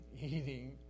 eating